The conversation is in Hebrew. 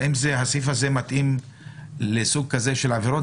האם הסעיף הזה מתאים לסוג כזה של עבירות,